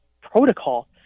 protocol